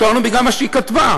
התעוררנו בגלל מה שהיא כתבה.